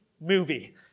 movie